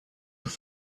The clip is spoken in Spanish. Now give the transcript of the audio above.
tus